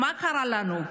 מה קרה לנו?